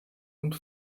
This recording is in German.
und